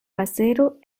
pasero